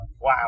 Wow